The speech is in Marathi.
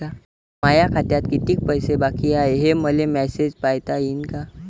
माया खात्यात कितीक पैसे बाकी हाय, हे मले मॅसेजन पायता येईन का?